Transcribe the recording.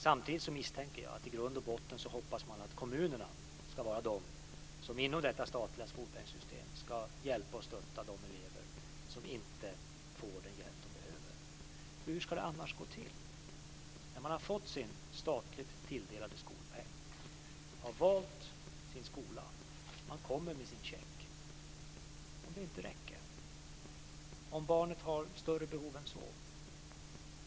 Samtidigt misstänker jag att i grund och botten hoppas man att kommunerna inom detta statliga skolpengssystem ska hjälpa och stötta de elever som inte får den hjälp de behöver. För hur ska det annars gå till när man har fått sin statligt tilldelade skolpeng och valt sin skola - när man kommer med sin check - om det inte räcker, om barnet har större behov än så?